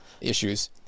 issues